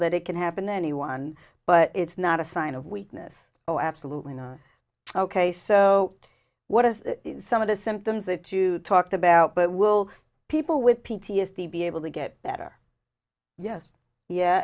that it can happen to anyone but it's not a sign of weakness oh absolutely not ok so what if some of the symptoms that you talked about but will people with p t s d be able to get better yes yeah